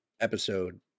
episode